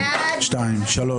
1,205 מי בעד?